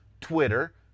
Twitter